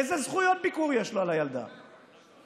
איזה זכויות ביקור של הילדה יש לו?